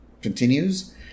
continues